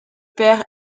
père